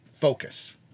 focus